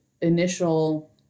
initial